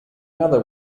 other